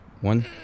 One